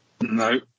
No